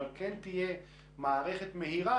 אבל כן תהיה מערכת מהירה,